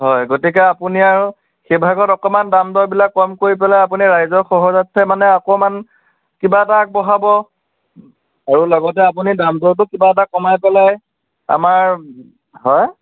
হয় গতিকে আপুনি আৰু সেইভাগত অকণমান দাম দৰবিলাক কম কৰি পেলাই আপুনি ৰাইজৰ সাহৰ্যাৰ্থে মানে অকণমান কিবা এটা আগবঢ়াব আৰু লগতে আপুনি দাম দৰটো কিবা এটা কমাই পেলাই আমাৰ হাঁ